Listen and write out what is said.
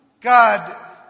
God